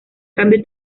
cambio